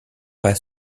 pas